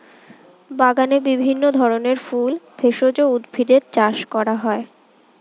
বাগানে বিভিন্ন ধরনের ফুল, ভেষজ উদ্ভিদের চাষ করা হয়